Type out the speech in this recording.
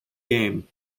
game